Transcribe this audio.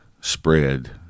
spread